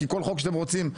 כי כל חוק שאתם רוצים להעביר,